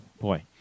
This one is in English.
Boy